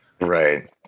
right